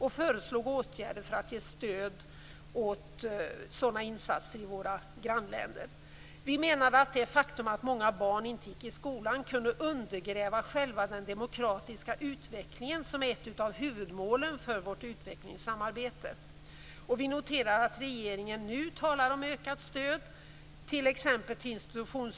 Vi föreslog åtgärder för att ge stöd till sådana insatser i våra grannländer. Vi menar att det faktum att många barn inte går i skolan kan undergräva den demokratiska utvecklingen, vilket är ett av huvudmålen för vårt utvecklingssamarbete. Vi noterar att regeringen nu talar om utökat stöd, t.ex. till uppbyggnad av institutioner